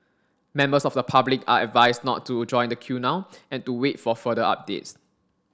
members of the public are advised not to join the queue now and to wait for further updates